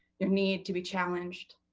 your need to be challenged,